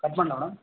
cut ಮಾಡಲಾ madam